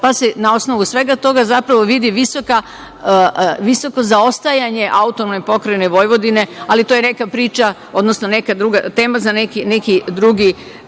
pa se na osnovu svega toga zapravo vidi visoko zaostajanje AP Vojvodine, ali to je neka priča, odnosno tema za neki drugi